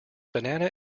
banana